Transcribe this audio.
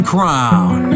Crown